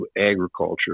agriculture